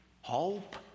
hope